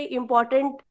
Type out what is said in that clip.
important